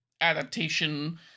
adaptation